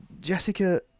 Jessica